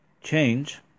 Change